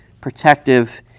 protective